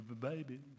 Baby